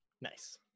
Nice